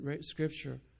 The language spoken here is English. scripture